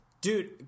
Dude